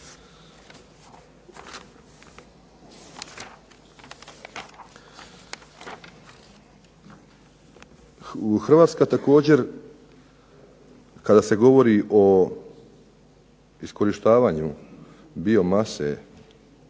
Hrvatska također kada se govori o iskorištavanju biomase,